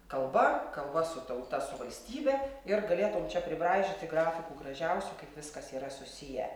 kalba kalba su tauta su valstybe ir galėtum čia pribraižyti grafikų gražiausių kaip viskas yra susiję